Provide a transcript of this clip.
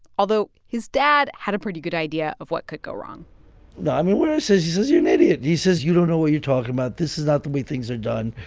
although, his dad had a pretty good idea of what could go wrong says he says, you're an idiot. he says, you don't know what you're talking about. this is not the way things are done.